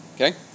Okay